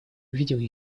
увидел